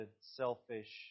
selfish